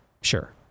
Sure